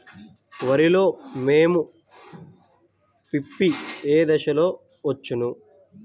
వరిలో మోము పిప్పి ఏ దశలో వచ్చును?